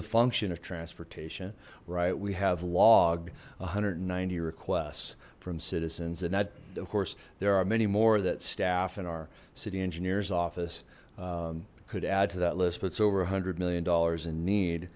a function of transportation right we have logged one hundred and ninety requests from citizens and that of course there are many more that staff and our city engineer's office could add to that list but it's over a hundred million dollars in need